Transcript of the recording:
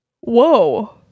Whoa